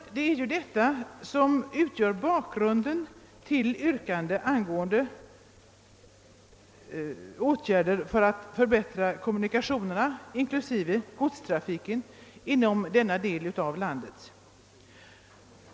Det är dessa som utgör bakgrunden till yrkandena om åtgärder för att förbättra kommunikationerna, inklusive godstrafiken, inom denna del av landet.